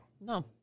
No